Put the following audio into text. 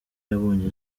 yabonye